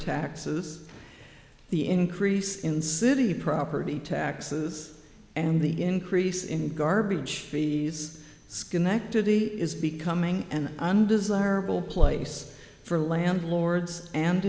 taxes the increase in city property taxes and the increase in garbage fees schenectady is becoming an undesirable place for landlords and